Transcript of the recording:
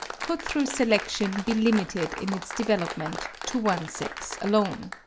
could through selection be limited in its development to one sex alone.